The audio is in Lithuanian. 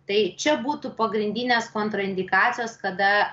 tai čia būtų pagrindinės kontraindikacijos kada